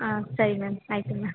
ಆಂ ಸರಿ ಮ್ಯಾಮ್ ಆಯಿತು ಮ್ಯಾಮ್